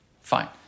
Fine